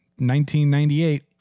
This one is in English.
1998